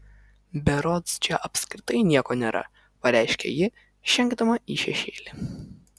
berods čia apskritai nieko nėra pareiškė ji žengdama į šešėlį